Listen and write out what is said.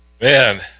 Man